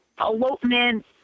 elopement